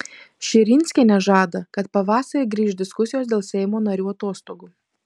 širinskienė žada kad pavasarį grįš diskusijos dėl seimo narių atostogų